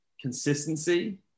consistency